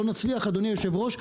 לא נצליח אדוני יושב הראש,